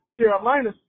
Carolina